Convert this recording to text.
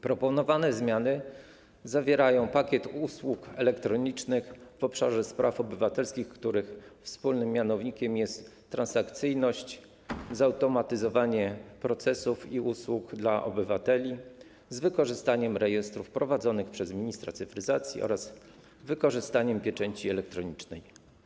Proponowane zmiany zawierają pakiet usług elektronicznych w obszarze spraw obywatelskich, których wspólnym mianownikiem jest transakcyjność i zautomatyzowanie procesów i usług dla obywateli z wykorzystaniem rejestrów wprowadzonych przez ministra cyfryzacji oraz wykorzystaniem pieczęci elektronicznej.